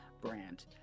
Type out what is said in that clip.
brand